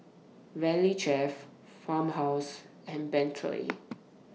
Valley Chef Farmhouse and Bentley